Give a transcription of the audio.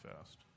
fast